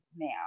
now